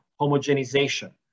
homogenization